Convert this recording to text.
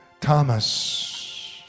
Thomas